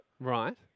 Right